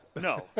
No